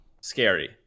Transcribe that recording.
scary